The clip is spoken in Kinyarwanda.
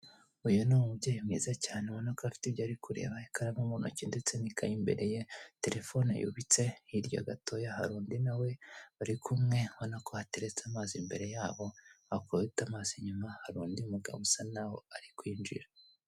Uyu ni umubyeyi mwiza cyane ubona ko afite ibyo ari kureba , ikaramu muntoki ndetse n'ikayi imbere ye, telegram yubitse, hirya gato hari undi nawe bari kumwe, ubona ko hateretse amazi imbereye yabo, wakubita amaso inyuma hari undi mugabo usa naho ari kwinjira.